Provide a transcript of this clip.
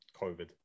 COVID